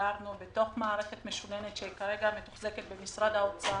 שהעברנו בתוך מערכת משוננת שכרגע מתוחזקת במשרד האוצר.